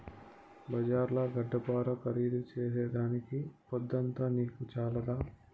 బజార్ల గడ్డపార ఖరీదు చేసేదానికి పొద్దంతా నీకు చాలదా